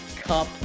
Cup